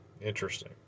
Interesting